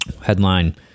Headline